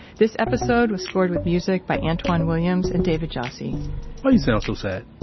this episode was scored with music by antwan williams and david jassy why you sound so sad?